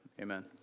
Amen